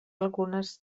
algunes